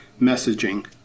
messaging